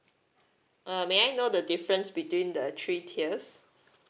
uh may I know the difference between the three tiers